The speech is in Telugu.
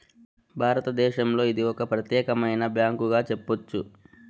భారతదేశంలో ఇది ఒక ప్రత్యేకమైన బ్యాంకుగా చెప్పొచ్చు